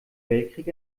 weltkrieg